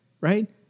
right